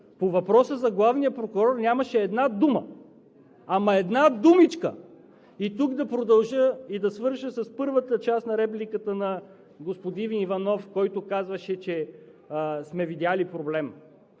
по въпроса за главния прокурор нямаше една дума. Ама една думичка! Тук да продължа и да свърша с първата част на репликата на господин Иванов, който казваше, че сме видели проблем.